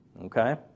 Okay